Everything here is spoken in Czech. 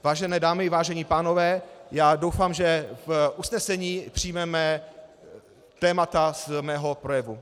Vážené dámy, vážení pánové, doufám, že v usnesení přijmeme témata z mého projevu.